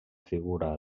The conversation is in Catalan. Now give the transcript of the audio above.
figura